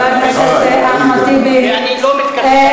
אה,